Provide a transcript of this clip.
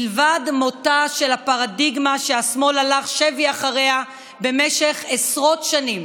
מלבד מותה של הפרדיגמה שהשמאל הלך שבי אחריה במשך עשרות שנים.